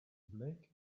black